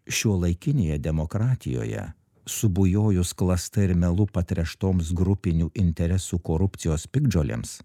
šiuolaikinėje demokratijoje subujojus klasta ir melu patręštoms grupinių interesų korupcijos piktžolėms